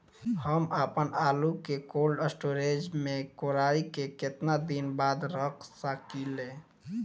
हम आपनआलू के कोल्ड स्टोरेज में कोराई के केतना दिन बाद रख साकिले?